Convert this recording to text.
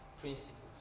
Principles